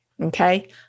Okay